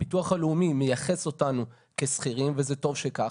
הביטוח הלאומי מייחס אותנו כשכירים, וזה טוב שכך.